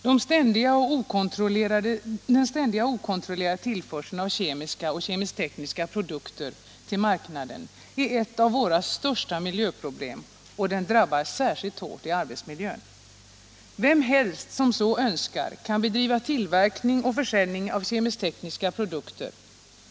Den ständiga och okontrollerade tillförseln av kemiska och kemisktekniska produkter till marknaden är ett av våra största miljöproblem och den drabbar särskilt hårt i arbetsmiljön. Vem helst som så önskar kan bedriva tillverkning och försäljning av kemisk-tekniska produkter.